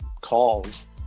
calls